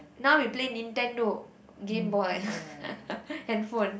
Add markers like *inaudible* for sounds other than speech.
now we play Nintendo gameboy *laughs* handphone